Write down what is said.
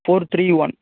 four three one